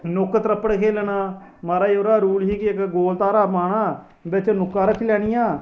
नुक्क त्रप्पड़ खेलना महाराज ओहदा रुल ही जेकर गोल धारा पाना बिच्च नुक्कां रक्खी लैनियां